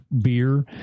Beer